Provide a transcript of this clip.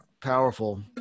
powerful